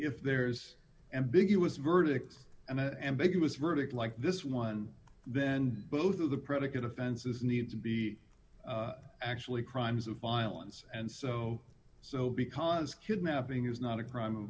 if there's ambiguous verdicts and ambiguous verdict like this one then both of the predicate offenses need to be actually crimes of violence and so so because kidnapping is not a crime of